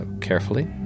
carefully